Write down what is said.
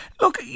Look